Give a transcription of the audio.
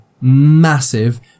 massive